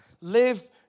live